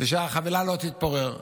ושהחבילה לא תתפורר.